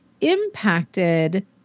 impacted